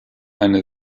eine